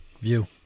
view